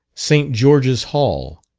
st. george's hall,